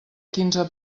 quinze